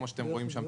כמו שאתם רואים שם,